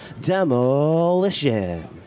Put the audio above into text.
Demolition